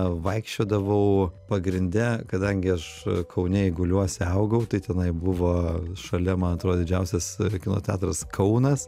vaikščiodavau pagrinde kadangi aš kaune eiguliuose augau tai tenai buvo šalia man atrodo didžiausias kino teatras kaunas